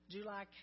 July